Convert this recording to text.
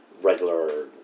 regular